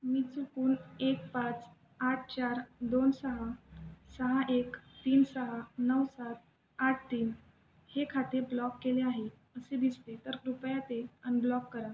मी चुकून एक पाच आठ चार दोन सहा सहा एक तीन सहा नऊ सात आठ तीन हे खाते ब्लॉक केले आहे असे दिसते तर कृपया ते अनब्लॉक करा